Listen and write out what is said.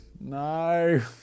no